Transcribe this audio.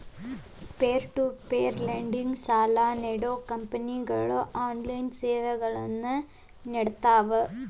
peer to peer lending ಸಾಲಾ ನೇಡೋ ಕಂಪನಿಗಳು ಆನ್ಲೈನ್ ಸೇವೆಗಳನ್ನ ನೇಡ್ತಾವ